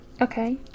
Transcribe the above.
Okay